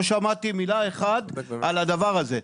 לא שמעתי מילה אחת על הדבר הזה.